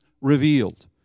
revealed